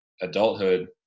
adulthood